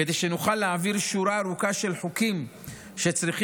כדי שנוכל להעביר שורה ארוכה של חוקים שצריכים